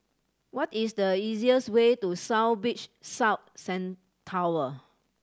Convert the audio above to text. what is the easiest way to South Beach South Tower